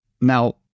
Now